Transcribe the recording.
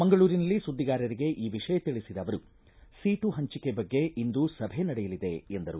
ಮಂಗಳೂರಿನಲ್ಲಿ ಸುದ್ದಿಗಾರರಿಗೆ ಈ ವಿಷಯ ತಿಳಿಸಿದ ಅವರು ಸೀಟು ಹಂಚಿಕೆ ಬಗ್ಗೆ ಇಂದು ಸಭೆ ನಡೆಯಲಿದೆ ಎಂದರು